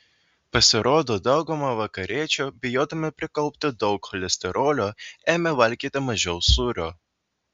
pasirodo dauguma vakariečių bijodami prikaupti daug cholesterolio ėmė valgyti mažiau sūrio